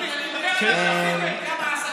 אתה יודע כמה מובטלים יש,